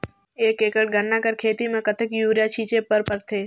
एक एकड़ गन्ना कर खेती म कतेक युरिया छिंटे बर पड़थे?